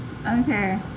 okay